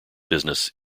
business